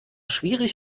schwierig